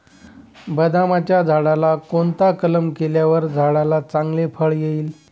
बदामाच्या झाडाला कोणता कलम केल्यावर झाडाला चांगले फळ येईल?